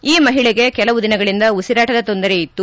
ಈ ಮಹಿಳೆಗೆ ಕೆಲವು ದಿನಗಳಿಂದ ಉಸಿರಾಟದ ತೊಂದರೆಯಿತ್ತು